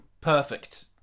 perfect